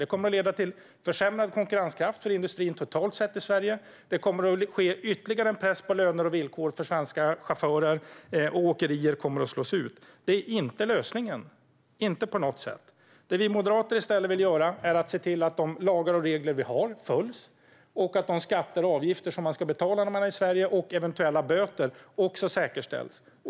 Det kommer att leda till försämrad konkurrenskraft för industrin totalt sett i Sverige. Det kommer att ske ytterligare en press på löner och villkor för svenska chaufförer, och åkerier kommer att slås ut. Det är inte lösningen på något sätt. Det vi moderater i stället vill göra är att se till att de lagar och regler vi har följs och att de skatter och avgifter som man ska betala när man är i Sverige och eventuella böter också säkerställs.